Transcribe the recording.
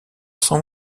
sent